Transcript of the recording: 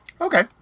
Okay